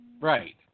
Right